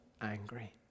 angry